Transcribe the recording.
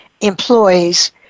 employees